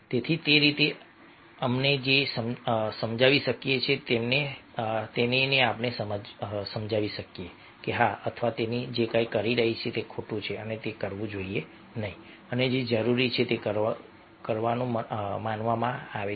તેથી તે રીતે આપણે તેને સમજાવી શકીએ કે તેણીને સમજાવી શકીએ કે હા તે અથવા તેણી જે કંઈ કરી રહી છે તે ખોટું છે અને તેણે તે કરવું જોઈતું નથી અને જે જરૂરી છે તે કરવાનું માનવામાં આવે છે